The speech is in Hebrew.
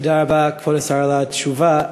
תודה רבה, כבוד השר, על התשובה.